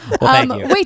Wait